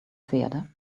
theatre